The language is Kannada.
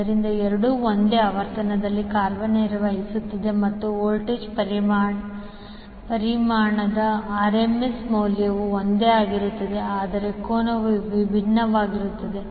ಆದ್ದರಿಂದ ಎರಡೂ ಒಂದೇ ಆವರ್ತನದಲ್ಲಿ ಕಾರ್ಯನಿರ್ವಹಿಸುತ್ತಿವೆ ಮತ್ತು ವೋಲ್ಟೇಜ್ ಪರಿಮಾಣದ RMS ಮೌಲ್ಯವು ಒಂದೇ ಆಗಿರುತ್ತದೆ ಆದರೆ ಕೋನವು ವಿಭಿನ್ನವಾಗಿರುತ್ತದೆ